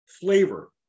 flavor